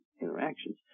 interactions